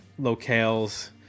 locales